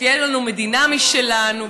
שתהיה לנו מדינה משלנו,